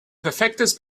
perfektes